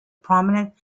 prominent